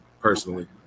personally